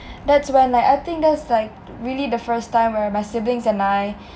that's when like I think that's like really the first time where my siblings and I